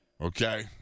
Okay